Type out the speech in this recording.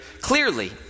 clearly